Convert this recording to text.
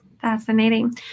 Fascinating